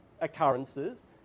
occurrences